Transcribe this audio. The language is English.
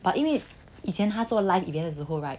but 因为以前他做 live event 的时候 right